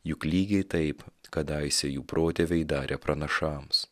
juk lygiai taip kadaise jų protėviai darė pranašams